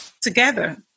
Together